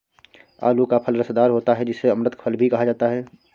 आलू का फल रसदार होता है जिसे अमृत फल भी कहा जाता है